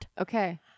Okay